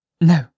No